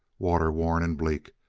water-worn and bleak,